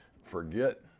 forget